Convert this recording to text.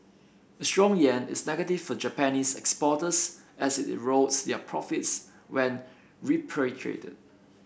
a strong yen is negative for Japanese exporters as it erodes their profits when repatriated